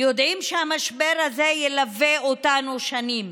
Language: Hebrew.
יודעים שהמשבר הזה ילווה אותנו שנים